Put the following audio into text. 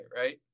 right